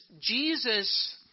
Jesus